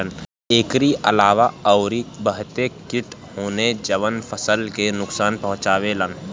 एकरी अलावा अउरी बहते किट होने जवन फसल के नुकसान पहुंचावे लन